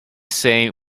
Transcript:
say